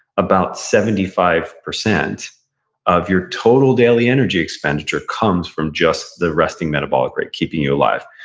about seventy five percent of your total daily energy expenditure comes from just the resting metabolic rate, keeping you alive.